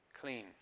clean